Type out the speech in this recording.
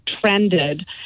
trended